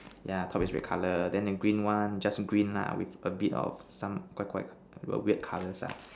yeah top is red colour then the green one just green lah with a bit of some 怪怪:Guai Guai err weird colours ah